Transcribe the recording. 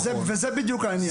וזה בדיוק העניין.